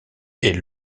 est